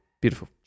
beautiful